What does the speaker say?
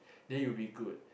then it would be good